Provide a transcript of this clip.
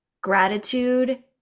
gratitude